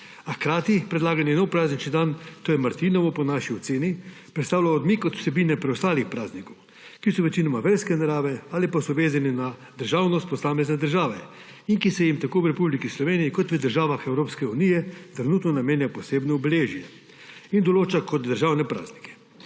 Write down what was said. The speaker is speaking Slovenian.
a hkrati predlagani novi praznični dan, to je martinovo, po naši oceni predstavlja odmik od vsebine preostalih praznikov, ki so večinoma verske narave ali pa so vezani na državnost posamezne države in se jim tako v Republiki Sloveniji kot v državah Evropske unije trenutno namenja posebno obeleženje in se jih določa kot državne praznike.